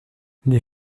les